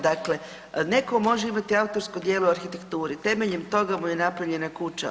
Dakle, netko može imati autorsko djelo o arhitekturi, temeljem toga mu je napravljena kuća.